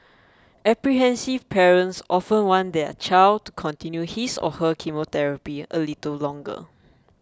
apprehensive parents often want their child to continue his or her chemotherapy a little longer